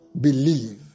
Believe